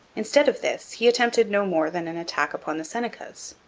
instead of this he attempted no more than an attack upon the senecas,